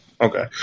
okay